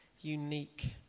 unique